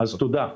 אז תודה.